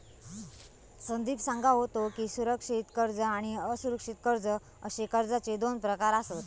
संदीप सांगा होतो की, सुरक्षित कर्ज आणि असुरक्षित कर्ज अशे कर्जाचे दोन प्रकार आसत